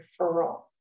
referral